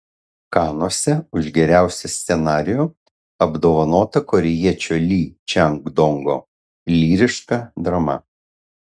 kanuose už geriausią scenarijų apdovanota korėjiečio ly čang dongo lyriška drama